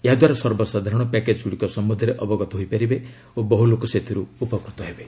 ଏହା ଦ୍ୱାରା ସର୍ବସାଧାରଣ ପ୍ୟାକେଜ୍ଗୁଡ଼ିକ ସମ୍ୟନ୍ଧରେ ଅବଗତ ହୋଇପାରିବେ ଓ ବହୁଲୋକ ସେଥିରୁ ଉପକୃତ ହେବେ